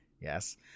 Yes